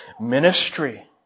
ministry